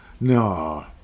No